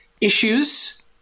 issues